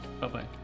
bye-bye